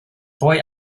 boy